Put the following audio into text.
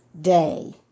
day